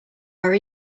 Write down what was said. our